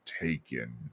taken